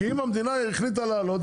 כי אם המדינה החליטה להעלות,